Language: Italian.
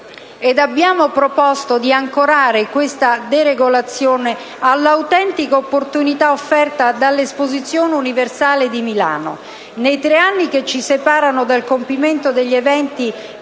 abbiamo proposto di ancorare questa deregolazione all'autentica opportunità offerta dall'Esposizione universale di Milano. Nei tre anni che ci separano dal compimento degli eventi